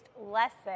lesson